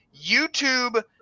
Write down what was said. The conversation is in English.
YouTube